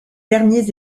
derniers